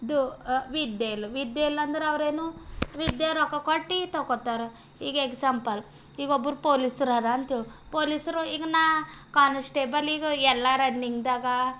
ಇದು ವಿದ್ಯೆ ಇಲ್ಲ ವಿದ್ಯೆ ಇಲ್ಲ ಅಂದ್ರೆ ಅವರೇನು ವಿದ್ಯೆ ರೊಕ್ಕ ಕೊಟ್ಟಿ ತಗೋತಾರೆ ಈಗ ಎಗ್ಸಾಂಪಲ್ ಈಗ ಒಬ್ರು ಪೊಲೀಸ್ರು ಆರ ಅಂತಿಳ್ಕೊ ಪೊಲೀಸ್ರು ಈಗ ನಾ ಕಾನ್ಸ್ಟೇಬಲಿಗೆ ಎಲ್ಲರ ನಿಂದಾಗ